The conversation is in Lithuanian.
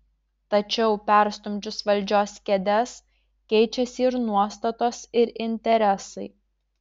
tačiau perstumdžius valdžios kėdes keičiasi ir nuostatos ir interesai